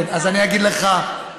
השר הזה מנוסה מאוד.